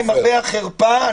למרבה החרפה -- עופר.